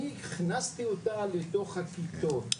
אני נכנסתי אותה לתוך הכיתות.